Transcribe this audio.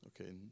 Okay